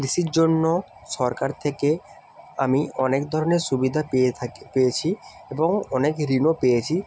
কৃষির জন্য সরকার থেকে আমি অনেক ধরনের সুবিধা পেয়ে থাকি পেয়েছি এবং অনেক ঋণও পেয়েছি